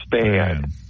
Span